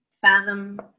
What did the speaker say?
fathom